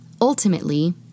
Ultimately